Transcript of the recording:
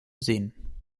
sehen